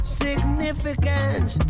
significance